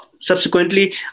subsequently